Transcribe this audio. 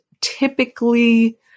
typically